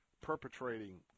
perpetrating